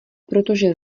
protože